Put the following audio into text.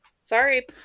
Sorry